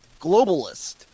Globalist